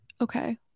okay